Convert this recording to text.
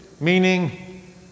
meaning